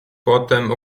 potem